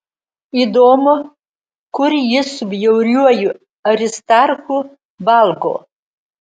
įdomu kur jis su bjauriuoju aristarchu valgo